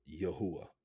Yahuwah